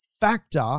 factor